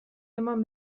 eman